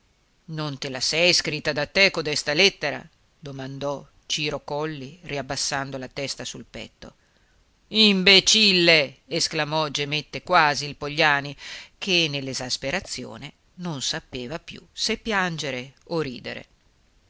non te la sei scritta da te codesta lettera domandò ciro colli riabbassando la testa sul petto imbecille esclamò gemette quasi il pogliani che nell'esasperazione non sapeva più se piangere o ridere